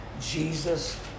Jesus